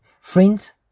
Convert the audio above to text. Friends